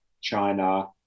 China